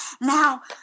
Now